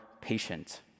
patient